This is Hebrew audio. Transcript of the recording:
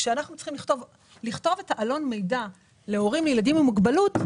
כשאנחנו צריכים לכתוב את עלון המידע להורים לילדים עם מוגבלות,